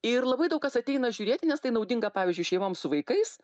ir labai daug kas ateina žiūrėti nes tai naudinga pavyzdžiui šeimoms su vaikais